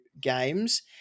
games